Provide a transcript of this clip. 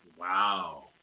Wow